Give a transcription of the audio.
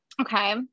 okay